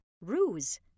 ruse